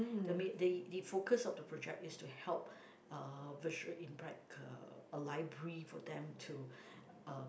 the ma~ the the focus of the project is to help uh visual impaired uh a library for them to uh